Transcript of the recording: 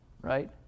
right